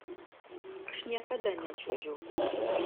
aš niekada nečiuožiau